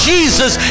Jesus